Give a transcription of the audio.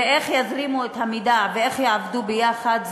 איך יזרימו את המידע ואיך יעבדו ביחד,